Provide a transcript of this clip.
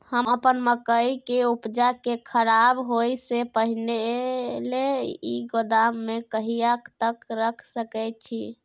हम अपन मकई के उपजा के खराब होय से पहिले ही गोदाम में कहिया तक रख सके छी?